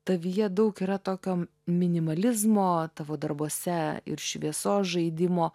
tavyje daug yra tokio minimalizmo tavo darbuose ir šviesos žaidimo